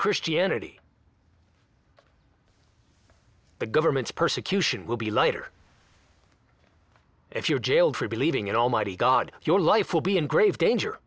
christianity the government's persecution will be lighter if you are jailed for believing in almighty god your life will be in grave danger